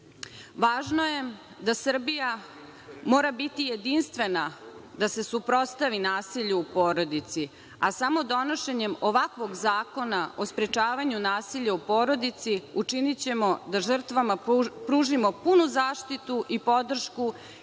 Važno je da Srbija mora biti jedinstvena da se suprotstavi nasilju u porodici, a samo donošenjem ovakvog zakona o sprečavanju nasilja u porodici, učinićemo da žrtvama pružimo punu zaštitu i podršku i